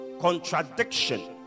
contradiction